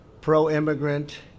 pro-immigrant